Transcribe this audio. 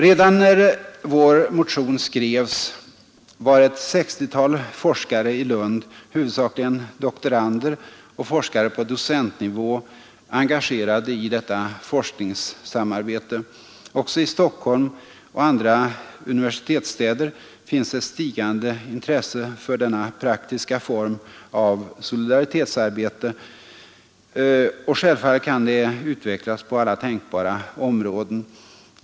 Redan när vår motion skrevs var ett 60-tal forskare i Lund, huvudsakligen doktorander och forskare på docentnivå, engagerade i detta forskningssamarbete. Också i Stockholm och i andra universitetsstäder finns ett stigande intresse för denna praktiska form av solidaritetsarbete, och det kan självfallet utvecklas på alla tänkbara områden.